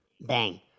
bang